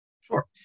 Sure